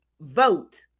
vote